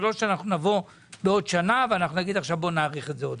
וזה לא שנבוא בעוד שנה ונגיד שנאריך את זה שוב.